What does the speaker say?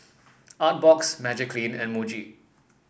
Artbox Magiclean and Muji